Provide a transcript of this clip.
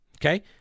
Okay